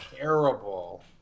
terrible